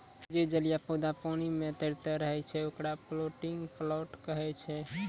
जे जलीय पौधा पानी पे तैरतें रहै छै, ओकरा फ्लोटिंग प्लांट कहै छै